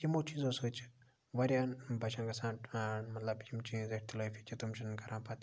یِمو چیٖزو سۭتۍ چھِ واریاہَن بَچَن گَژھان مَطلَب یِم اِختِلٲفی کہِ تِم چھِنہٕ کَران پَتہٕ